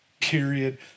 period